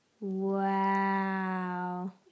Wow